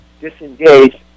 disengaged